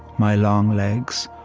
my long legs,